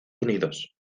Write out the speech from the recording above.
unidos